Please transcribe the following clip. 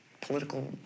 political